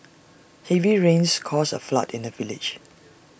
heavy rains caused A flood in the village